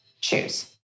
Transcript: choose